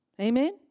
Amen